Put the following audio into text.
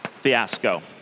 fiasco